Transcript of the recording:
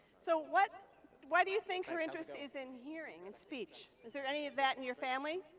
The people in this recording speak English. so what why do you think her interest is in hearing and speech? is there any of that in your family?